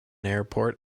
airport